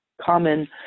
common